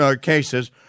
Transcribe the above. cases